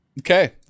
Okay